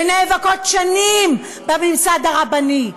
ונאבקות שנים בממסד הרבני,